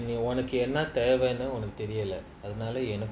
and உனக்குஎன்னதேவைன்னுஉனக்குதெரியல:unaku enna thevanu unaku theriala in a call